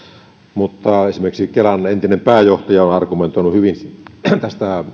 mutta esimerkiksi kelan entinen pääjohtaja on argumentoinut hyvin tästä